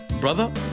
Brother